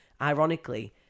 ironically